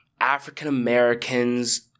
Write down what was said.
African-Americans –